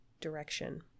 direction